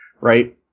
Right